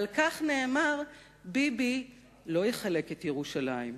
על כך נאמר: ביבי לא יחלק את ירושלים,